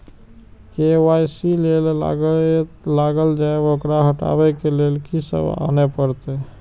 KYC जे लागल छै ओकरा हटाबै के लैल की सब आने परतै?